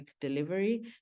delivery